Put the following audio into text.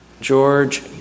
George